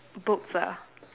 books ah